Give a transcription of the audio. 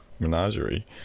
Menagerie